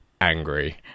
angry